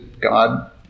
God